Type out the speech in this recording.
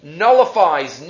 nullifies